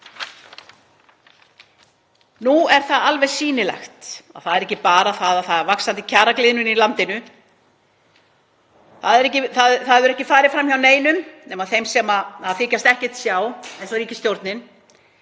Nú er það alveg sýnilegt að það er ekki bara að það sé vaxandi kjaragliðnun í landinu, það hefur ekki farið fram hjá neinum nema þeim sem þykjast ekki sjá, eins og ríkisstjórnin,